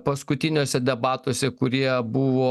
paskutiniuose debatuose kurie buvo